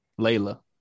Layla